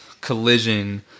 collision